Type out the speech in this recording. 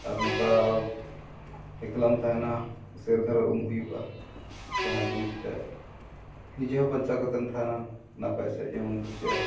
ᱟᱨ ᱱᱚᱝᱠᱟ ᱮᱠᱞᱟᱢ ᱛᱟᱦᱮᱱᱟ ᱦᱩᱥᱤᱭᱟᱹᱨ ᱫᱷᱟᱨᱟ ᱩᱢ ᱦᱩᱭᱩᱜᱼᱟ ᱡᱟᱦᱟᱸ ᱡᱤᱱᱤᱥᱴᱟ ᱱᱤᱡᱮ ᱦᱚᱸ ᱵᱟᱧᱪᱟᱣ ᱠᱟᱛᱮᱢ ᱛᱟᱦᱮᱱᱟᱢ ᱱᱟᱯᱟᱭ ᱥᱟᱺᱦᱤᱡ ᱮᱢ ᱩᱢ ᱯᱷᱟᱪᱟᱜᱼᱟ